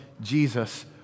Jesus